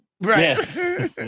Right